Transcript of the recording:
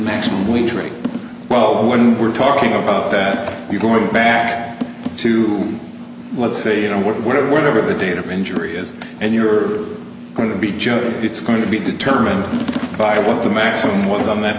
maximum leverage well one we're talking about that we're going back to let's say you know whatever whatever the date of injury is and you're going to be job it's going to be determined by what the maximum was on that